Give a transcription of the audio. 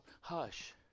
hush